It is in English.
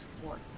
support